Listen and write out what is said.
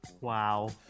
Wow